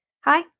Hi